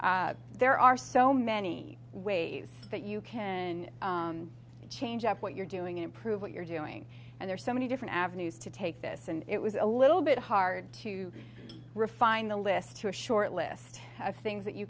there are so many ways that you can change up what you're doing improve what you're doing and there's so many different avenues to take this and it was a little bit hard to refine the list to a short list of things that you